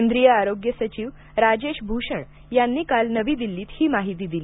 केंद्रीय आरोग्य सचिव राजेश भूषण यांनी काल नवी दिल्लीत ही माहिती दिली